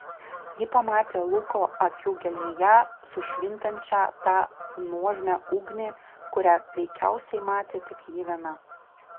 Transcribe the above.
ji pamatė luko akių gelmėje sušvintančią tą nuožmią ugnį kurią veikiausiai matė tik ji viena